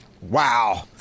Wow